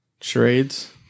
charades